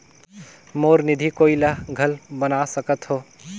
मोर निधि कोई ला घल बना सकत हो?